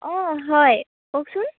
অঁ হয় কওকচোন